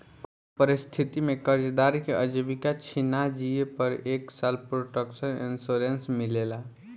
कउनो परिस्थिति में कर्जदार के आजीविका छिना जिए पर एक साल प्रोटक्शन इंश्योरेंस मिलेला